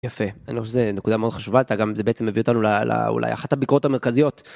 יפה אני חושב שזה נקודה מאוד חשובה אתה גם זה בעצם הביא אותנו לאולי אחת הביקורות המרכזיות.